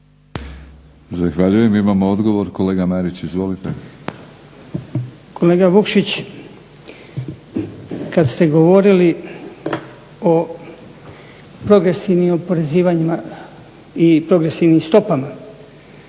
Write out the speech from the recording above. Zahvaljujem. Imamo odgovor, kolega Marić. Izvolite. **Marić, Goran (HDZ)** Kolega Vukšić, kad ste govorili o progresivnim oporezivanjima i progresivnim stopama